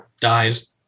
dies